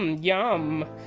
yum.